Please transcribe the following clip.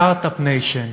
Start-Up Nation,